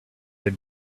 they